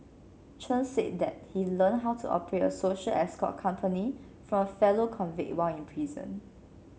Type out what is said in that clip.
Chen said that he learned how to operate a social escort company from fellow convict while in prison